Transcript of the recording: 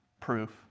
proof